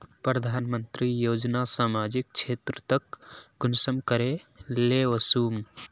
प्रधानमंत्री योजना सामाजिक क्षेत्र तक कुंसम करे ले वसुम?